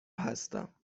هستم